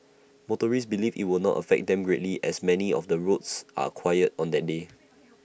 motorists believe IT will not affect them greatly as many of the roads are quiet on that day